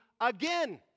again